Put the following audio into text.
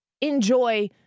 enjoy